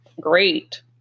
Great